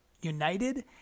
united